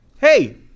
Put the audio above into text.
Hey